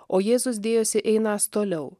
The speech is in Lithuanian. o jėzus dėjosi einąs toliau